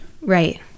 Right